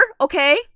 okay